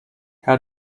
how